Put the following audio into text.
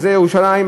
ירושלים,